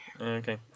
Okay